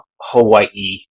hawaii